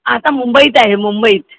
आता मुंबईत आहे मुंबईत